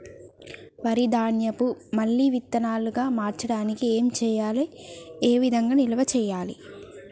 వరి ధాన్యము మళ్ళీ విత్తనాలు గా మార్చడానికి ఏం చేయాలి ఏ విధంగా నిల్వ చేయాలి?